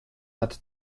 hat